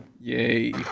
Yay